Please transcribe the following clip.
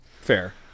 Fair